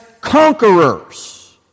conquerors